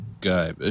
guy